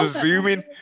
zooming